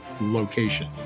location